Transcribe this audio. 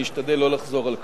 אני אשתדל לא לחזור על כך.